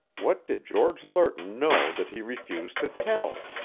what did george lerton know that he refused to tell?